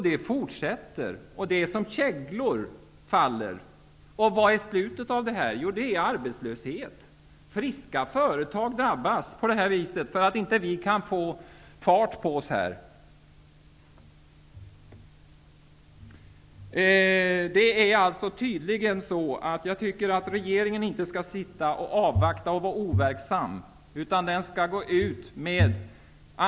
Det blir som käglor som faller. Resultatet av detta blir arbetslöshet. Friska företag drabbas för att vi inte kan få fart på oss. Regeringen skall inte avvakta och vara overksam.